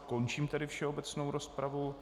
Končím tedy všeobecnou rozpravu.